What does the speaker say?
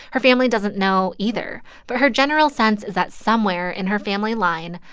her family doesn't know either. but her general sense is that somewhere in her family line,